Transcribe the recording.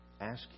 Ask